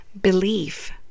Belief